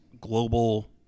global